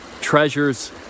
treasures